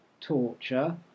torture